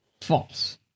False